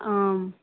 आं